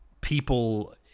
people